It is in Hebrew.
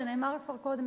זה נאמר כבר קודם,